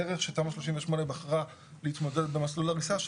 הדרך שתמ"א 38 בחרה להתמודד במסלול הריסה,